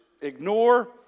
ignore